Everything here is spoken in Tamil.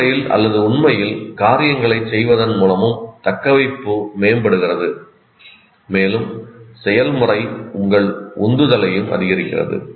நடைமுறையில் அல்லது உண்மையில் காரியங்களைச் செய்வதன் மூலமும் தக்கவைப்பு மேம்படுகிறது மேலும் செயல்முறை உங்கள் உந்துதலையும் அதிகரிக்கிறது